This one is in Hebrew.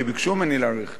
כי ביקשו ממני להאריך,